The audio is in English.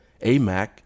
AMAC